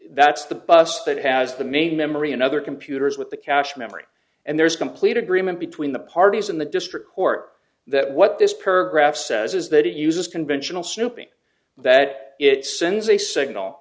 that's the bus that has the main memory and other computers with the cache memory and there's complete agreement between the parties in the district court that what this per graph says is that it uses conventional snooping that it sends a signal